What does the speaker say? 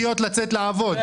ינון,